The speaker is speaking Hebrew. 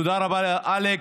תודה רבה, אלכס.